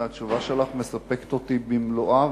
התשובה שלך מספקת אותי במלואה,